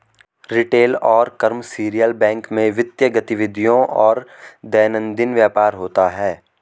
retail और commercial bank में वित्तीय गतिविधियों और दैनंदिन व्यापार होता है